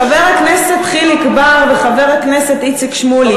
חבר הכנסת חיליק בר וחבר הכנסת איציק שמולי,